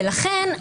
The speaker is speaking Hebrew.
לכן,